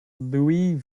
louis